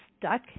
stuck